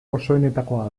osoenetakoa